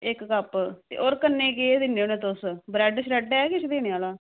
इक्क कप्प होर कन्नै केह् दिन्ने तुस ब्रेड ऐ किश देने आह्ला